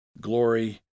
glory